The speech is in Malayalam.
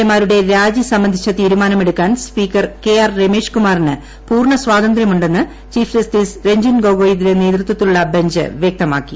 എ മാ രുടെ രാജ്യ സംബന്ധിച്ച തീരുമാനമെടുക്കാൻ സ്പീക്കർ കെ ആർ രമേശ്കുമാറിന് പൂർണ സ്വാതന്ത്ര്യമുണ്ടെന്ന് ചീഫ്ജസ്റ്റിസ് രഞ്ജൻ ഗൊഗോയിയുടെ നേതൃത്വത്തിലുള്ള ബഞ്ച് വ്യക്തമാക്കി